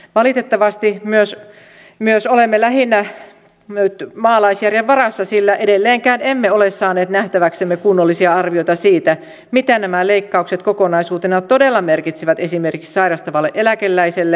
valitettavasti myös olemme lähinnä maalaisjärjen varassa sillä edelleenkään emme ole saaneet nähtäväksemme kunnollisia arvioita siitä mitä nämä leikkaukset kokonaisuutena todella merkitsevät esimerkiksi sairastavalle eläkeläiselle työkyvyttömyyseläkeläiselle vammaiselle